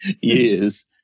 years